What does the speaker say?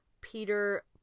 Peter